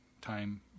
time